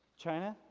china?